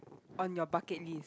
on your bucket list